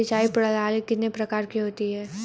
सिंचाई प्रणाली कितने प्रकार की होती हैं?